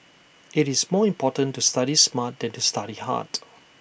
IT is more important to study smart than to study hard